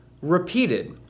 repeated